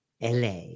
LA